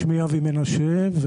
אני אבי מנשה,